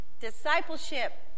discipleship